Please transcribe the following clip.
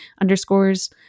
underscores